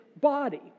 body